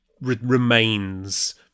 remains